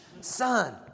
son